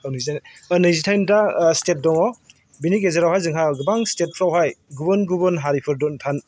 नैजिदाइनथा state दङ बिनि गेजेरावहाय जोंहा गोबां स्टेटफ्रावहाय गुबुन गुबुन हारिफोर